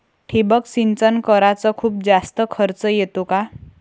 ठिबक सिंचन कराच खूप जास्त खर्च येतो का?